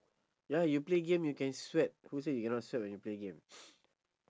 ya you play game you can sweat who say you cannot sweat when you play game